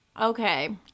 Okay